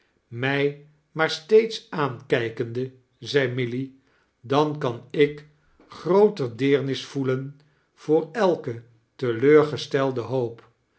mij maar steeds aankijkende zei milly dan kan ik grooter deernis voelen voor eike teleurgestelde hoop